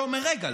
אתה אומר: רגע,